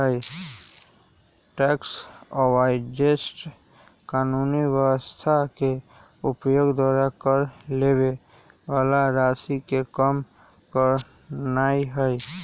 tax avoidance कानूनी व्यवस्था के उपयोग द्वारा कर देबे बला के राशि के कम करनाइ हइ